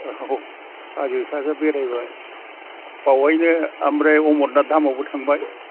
औ हाजो सा सा बेरायबाय बेवहायनो ओमफ्राय अमरनाथ धामावबो थांबाय